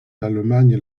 l’allemagne